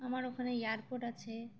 আমার ওখানে এয়ারপোর্ট আছে